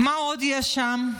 מה עוד יש שם?